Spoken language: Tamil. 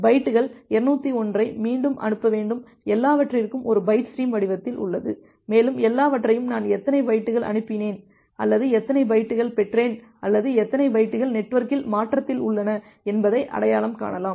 பைட்டுகள் 201 ஐ மீண்டும் அனுப்ப வேண்டும் எல்லாவற்றிற்கும்ஒரு பைட் ஸ்ட்ரீம் வடிவத்தில் உள்ளது மேலும் எல்லாவற்றையும் நான் எத்தனை பைட்டுகள் அனுப்பினேன் அல்லது எத்தனை பைட்டுகள் பெற்றேன் அல்லது எத்தனை பைட்டுகள் நெட்வொர்க்கில் மாற்றத்தில் உள்ளன என்பதை அடையாளம் காணலாம்